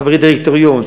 חברי דירקטוריון,